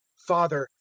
father,